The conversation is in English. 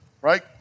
right